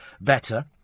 better